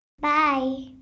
Bye